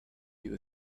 you